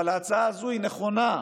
אבל ההצעה הזאת היא נכונה,